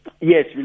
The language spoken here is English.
Yes